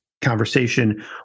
conversation